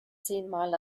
zehnmal